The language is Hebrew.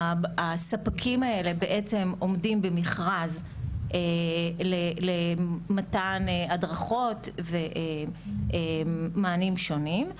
הספקים האלו עומדים במרכז למתן הדרכות ומענים שונים,